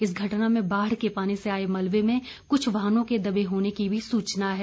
इस घटना में बाढ़ के पानी से आए मलबे में कुछ वाहनों के दबे होने की भी सूचना है